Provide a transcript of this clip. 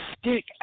stick